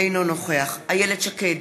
אינו נוכח איילת שקד,